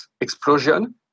explosion